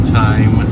time